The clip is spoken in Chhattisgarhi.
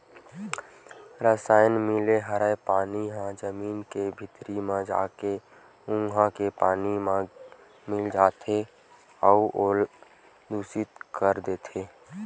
रसायन मिले हरय पानी ह जमीन के भीतरी म जाके उहा के पानी म मिल जाथे अउ ओला दुसित कर देथे